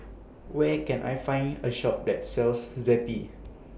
Where Can I Find A Shop that sells Zappy